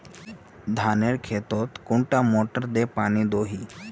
धानेर खेतोत कुंडा मोटर दे पानी दोही?